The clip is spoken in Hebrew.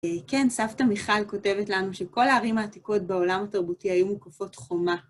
כן, סבתא מיכל כותבת לנו שבכל הערים העתיקות בעולם התרבותי היו מוקפות חומה.